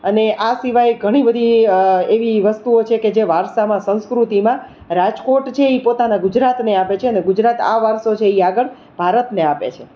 અને આ સિવાય ઘણીબધી એવી વસ્તુઓ છે કે જે વારસામાં સંસ્કૃતિમાં રાજકોટ છે એ પોતાના ગુજરાતને આપે છેને ગુજરાત આ વારસો છે એ આગળ ભારતને આપે છે